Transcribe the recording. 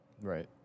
right